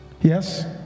yes